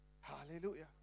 hallelujah